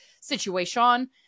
situation